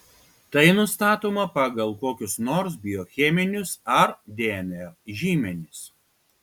tai nustatoma pagal kokius nors biocheminius ar dnr žymenis